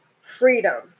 Freedom